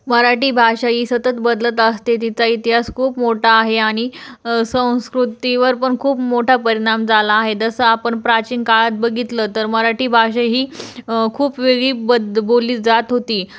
मराठी भाषा ही सतत बदलत असते तिचा इतिहास खूप मोठा आहे आणि संस्कृतीवर पण खूप मोठा परिणाम झाला आहे जसं आपण प्राचीन काळात बघितलं तर मराठी भाषा ही खूप वेगळी पद बोलली जात होती